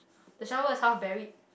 the shovel is half buried